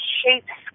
shapes